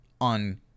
on